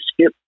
skip